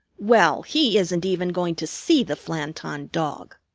well, he isn't even going to see the flanton dog.